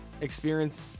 experience